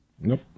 Nope